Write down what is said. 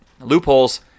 loopholes